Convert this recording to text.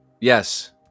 Yes